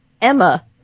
Emma